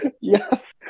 Yes